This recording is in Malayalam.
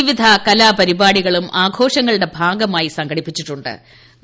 വിവിധ കലാപരിപാടികളും ആഘോഷങ്ങളുടെ ഭാഗമായി സംഘടിപ്പിച്ചിട്ടു ്